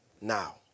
now